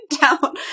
down